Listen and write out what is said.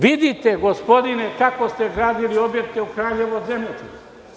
Vidite, gospodine, kako ste gradili objekte u Kraljevu od zemljotresa.